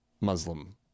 muslim